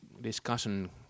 discussion